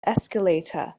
escalator